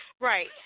Right